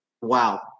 Wow